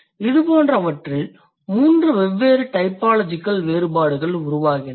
இதுபோன்றவற்றில் மூன்று வெவ்வேறு டைபாலஜிகல் வேறுபாடுகள் உருவாகின்றன